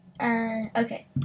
okay